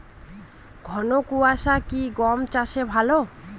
ঘন কোয়াশা কি গম চাষে ভালো?